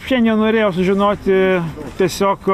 šiandien norėjau sužinoti tiesiog